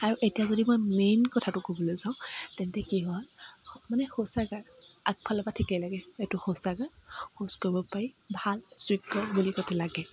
আৰু এতিয়া যদি মই মেইন কথাটো ক'বলৈ যাওঁ তেন্তে কি হ'ল মানে শৌচাগাৰ আগফালৰ পৰা ঠিকেই লাগে এইটো শৌচাগাৰ শৌচ কৰিব পাৰি ভাল যোগ্য বুলি লাগে